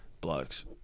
Blokes